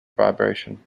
vibration